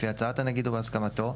לפי הצעת הנגיד או בהסכמתו,